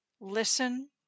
listen